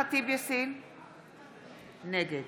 נגד